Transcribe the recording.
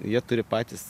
jie turi patys